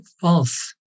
false